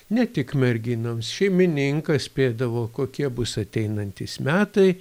ne tik merginoms šeimininkas spėdavo kokie bus ateinantys metai